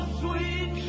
sweet